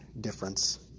difference